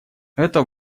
это